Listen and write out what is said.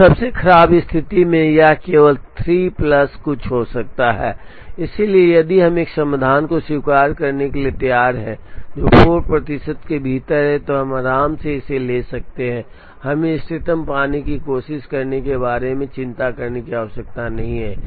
तो सबसे खराब स्थिति में यह केवल 3 प्लस कुछ हो सकता है इसलिए यदि हम एक समाधान को स्वीकार करने के लिए तैयार हैं जो 4 प्रतिशत के भीतर है तो हम आराम से इसे ले सकते हैं और हमें इष्टतम पाने की कोशिश करने के बारे में चिंता करने की आवश्यकता नहीं है